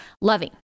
loving